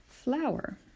Flower